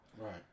Right